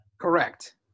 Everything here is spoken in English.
correct